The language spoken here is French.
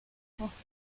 français